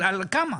כל כמה?